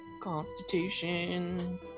Constitution